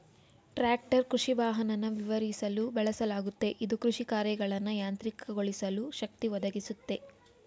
tractor ಕೃಷಿವಾಹನನ ವಿವರಿಸಲು ಬಳಸಲಾಗುತ್ತೆ ಇದು ಕೃಷಿಕಾರ್ಯಗಳನ್ನ ಯಾಂತ್ರಿಕಗೊಳಿಸಲು ಶಕ್ತಿ ಒದಗಿಸುತ್ತೆ